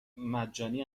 مجانی